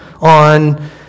on